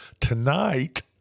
Tonight